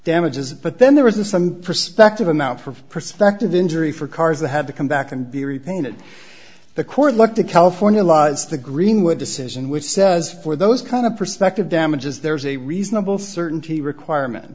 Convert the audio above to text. damages but then there was a some prospective amount for prospective injury for cars that had to come back and be repainted the court what the california law the greenwood decision which says for those kind of perspective damages there's a reasonable certainty requirement